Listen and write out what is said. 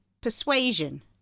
Persuasion